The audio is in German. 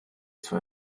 zwar